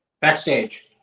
Backstage